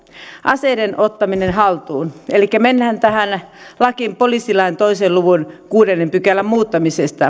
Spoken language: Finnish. aseiden ottaminen haltuun elikkä mennään tähän poliisilain kahden luvun kuudennen pykälän muuttamiseen